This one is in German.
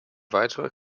weitere